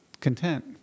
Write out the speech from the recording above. content